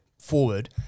forward